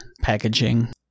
packaging